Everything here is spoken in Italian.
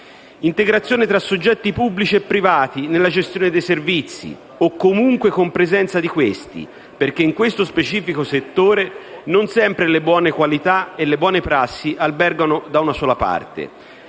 un'integrazione tra soggetti pubblici e privati nella gestione dei servizi, o comunque una compresenza di questi, perché in questo specifico settore non sempre le buone qualità e le buone prassi albergano da una sola parte.